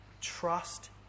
Trust